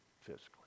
physically